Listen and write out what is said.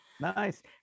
Nice